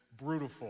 brutal